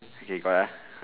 okay got ah